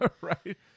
Right